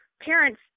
parents